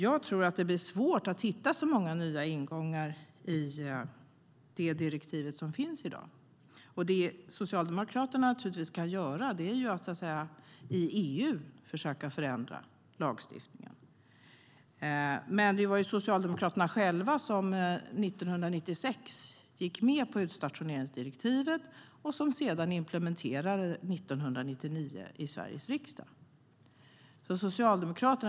Jag tror att det blir svårt att hitta nya ingångar i det direktiv som finns. Det Socialdemokraterna kan göra är att försöka förändra EU-lagstiftningen.Det var dock Socialdemokraterna själva som 1996 gick med på utstationeringsdirektivet som sedan implementerade av Sveriges riksdag 1999.